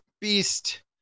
beast